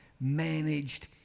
managed